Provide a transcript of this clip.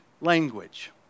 language